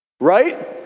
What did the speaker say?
right